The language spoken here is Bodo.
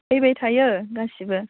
फैबायथायो गासैबो